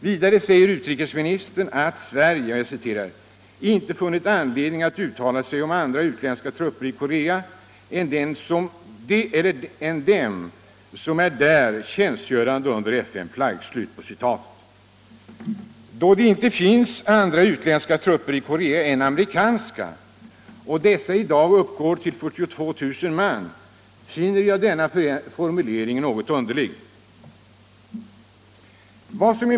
Vidare säger utrikesministern att ”Sverige ej funnit anledning att uttala sig om andra utländska trupper i Korea än den som där tjänstgör under FN-flagg”. Då det inte finns andra utländska trupper i Korea än amerikanska och dessa i dag uppgår till 42 000 man finner jag denna formulering något underlig.